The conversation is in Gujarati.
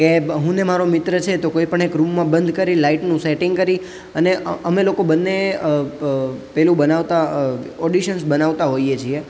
કે હું ને મારો મિત્ર છે તો કોઈ પણ એક રૂમમાં બંધ કરી લાઈટનું સેટિંગ કરી અને અમે લોકો બંને પેલું બનાવતા ઓડિશન્સ બનાવતા હોઈએ છીએ